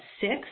six